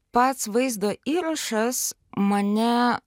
pats vaizdo įrašas mane